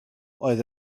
oedd